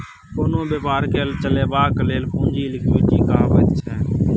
कोनो बेपारकेँ चलेबाक लेल पुंजी लिक्विडिटी कहाबैत छै